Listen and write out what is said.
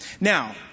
Now